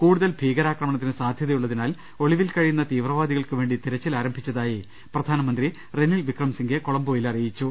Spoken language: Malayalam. കൂടുതൽ ഭീകരാക്രമണത്തിന് സാധ്യതയുള്ളതിനാൽ ഒളിവിൽ കഴിയുന്ന തീവ്രവാദികൾക്ക് വേണ്ടി തിരച്ചിൽ ആരംഭിച്ചതായി പ്രധാ നമന്ത്രി റെനിൽ വിക്രം സിങ്കെ കൊളംബോയിൽ അറിയിച്ചു